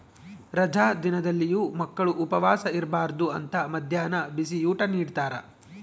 ರಜಾ ದಿನದಲ್ಲಿಯೂ ಮಕ್ಕಳು ಉಪವಾಸ ಇರಬಾರ್ದು ಅಂತ ಮದ್ಯಾಹ್ನ ಬಿಸಿಯೂಟ ನಿಡ್ತಾರ